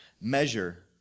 measure